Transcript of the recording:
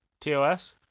TOS